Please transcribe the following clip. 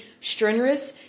strenuous